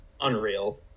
Unreal